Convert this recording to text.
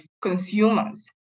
consumers